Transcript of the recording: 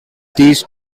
these